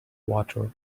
water